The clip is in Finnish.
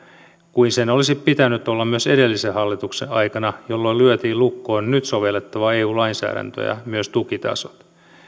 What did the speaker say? kuin sen olisi pitänyt olla myös edellisen hallituksen aikana jolloin lyötiin lukkoon nyt sovellettava eu lainsäädäntö ja myös tukitasot